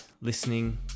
listening